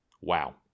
Wow